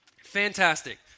Fantastic